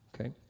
Okay